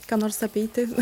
ką nors apeiti